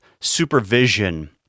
supervision